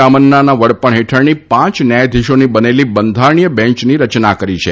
રામન્ના વડપણ હેઠળની પાંચ ન્યાયાધીશોની બનેલી બંધારણીય બેન્ચની રચના કરી છે